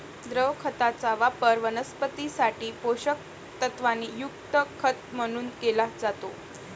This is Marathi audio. द्रव खताचा वापर वनस्पतीं साठी पोषक तत्वांनी युक्त खत म्हणून केला जातो